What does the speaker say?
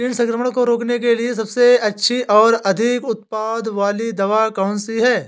कीट संक्रमण को रोकने के लिए सबसे अच्छी और अधिक उत्पाद वाली दवा कौन सी है?